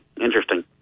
interesting